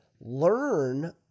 Learn